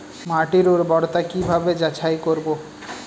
মাটির উর্বরতা কি ভাবে যাচাই করব?